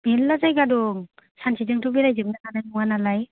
मेरला जायगा दं सानसेजों थ बेराय जोबननो हानाय नङा नालाय